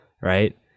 right